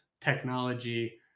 technology